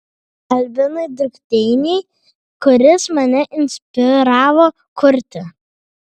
albinui drukteiniui kuris mane inspiravo kurti